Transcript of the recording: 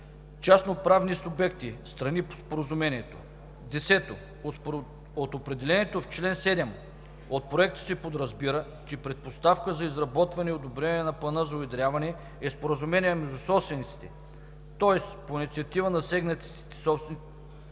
частноправни субекти – страни по споразумението. 10. От определението в чл. 7 от Проекта се подразбира, че предпоставка за изработване и одобряване на плана за уедряване е споразумение между собствениците, тоест по инициатива на засегнатите собственици.